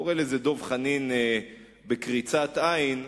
קורא לזה דב חנין "בקריצת עין".